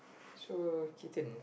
so Keaton